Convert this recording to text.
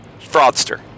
fraudster